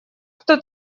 кто